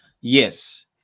yes